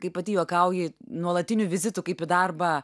kaip pati juokauji nuolatinių vizitų kaip į darbą